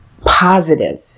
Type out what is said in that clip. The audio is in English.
positive